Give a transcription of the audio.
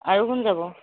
আৰু কোন যাব